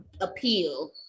Appeal